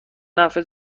نفع